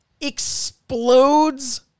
explodes